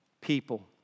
people